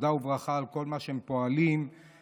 תודה וברכה על כל מה שהם פועלים למעננו